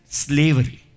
slavery